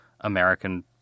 American